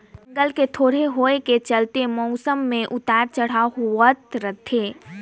जंगल के थोरहें होए के चलते मउसम मे उतर चढ़ाव होवत रथे